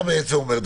אתה אומר: